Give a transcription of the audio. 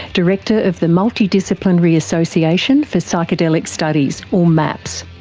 director of the multidisciplinary association for psychedelic studies or maps.